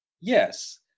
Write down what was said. Yes